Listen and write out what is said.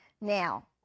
Now